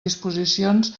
disposicions